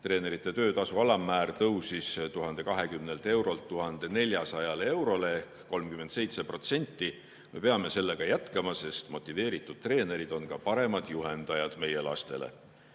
Treenerite töötasu alammäär tõusis 1020 eurolt 1400 eurole ehk 37%. Me peame sellega jätkama, sest motiveeritud treenerid on ka paremad juhendajad meie lastele.